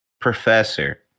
Professor